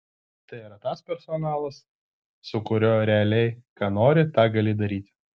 tai yra tas personalas su kuriuo realiai ką nori tą gali daryti